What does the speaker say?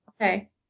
okay